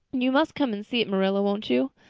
you must come and see it, marilla won't you?